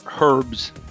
herbs